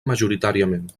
majoritàriament